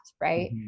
right